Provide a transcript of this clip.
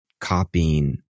copying